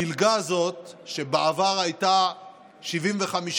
המלגה הזאת, שבעבר הייתה 75%